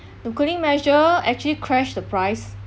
the cooling measure actually crashed the price